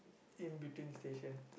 in between stations